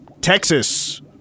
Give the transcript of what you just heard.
Texas